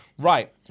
Right